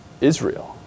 Israel